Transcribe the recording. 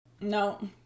No